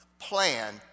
plan